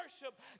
worship